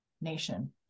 nation